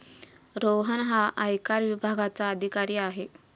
रोहन हा आयकर विभागाचा अधिकारी आहे